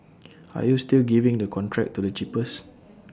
are you still giving the contract to the cheapest